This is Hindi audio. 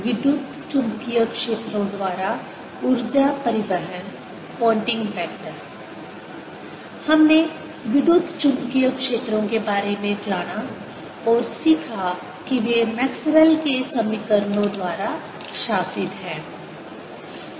विद्युत चुम्बकीय क्षेत्रों द्वारा ऊर्जा परिवहन पोयनटिंग वेक्टर हमने विद्युत चुम्बकीय क्षेत्रों के बारे में जाना और सीखा कि वे मैक्सवेल के समीकरणों Maxwell's equations द्वारा शासित हैं